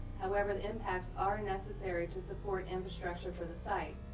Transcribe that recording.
however, the impacts are necessary to support infrastructure for the site.